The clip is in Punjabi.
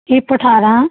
ਹਿੱਪ ਅਠਾਰਾਂ